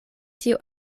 tio